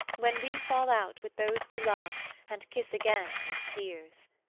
when we fall out with those we love and kiss again with tears!